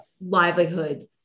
livelihood